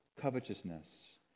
covetousness